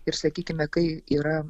ir sakykime kai yra